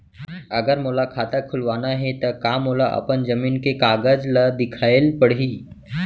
अगर मोला खाता खुलवाना हे त का मोला अपन जमीन के कागज ला दिखएल पढही?